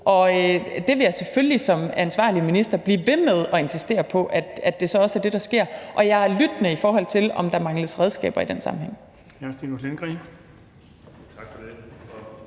Det vil jeg selvfølgelig som ansvarlig minister blive ved med at insistere på så også er det, der sker, og jeg er lyttende, i forhold til om der mangler redskaber i den sammenhæng.